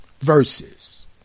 verses